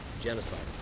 Genocide